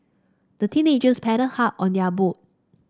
the teenagers paddled hard on their boat